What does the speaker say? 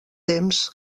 temps